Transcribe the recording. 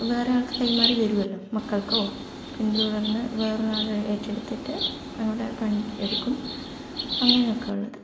വേറെ ആൾക്ക് കൈമാറി വരൂമല്ലോ മക്കൾക്കോ പിന്തുടർന്ന് വേറെ ഒരാൾ ഏറ്റെടുത്തിട്ട് അവിടെ പണി എടുക്കും അങ്ങനെയൊക്കെ ഉള്ളത്